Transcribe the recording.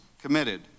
committed